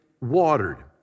watered